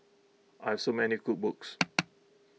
I have so many cookbooks